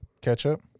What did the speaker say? ketchup